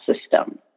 system